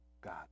God